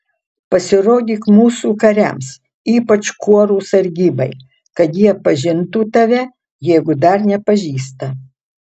pasirodyk mūsų kariams ypač kuorų sargybai kad jie pažintų tave jeigu dar nepažįsta